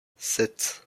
sept